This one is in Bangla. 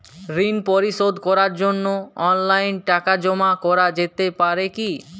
ঋন পরিশোধ করার জন্য অনলাইন টাকা জমা করা যেতে পারে কি?